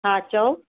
हा चओ